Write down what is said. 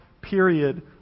period